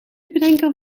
bedenker